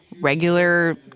regular